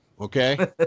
Okay